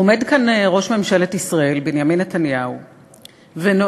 עומד כאן ראש ממשלת ישראל בנימין נתניהו ונואם,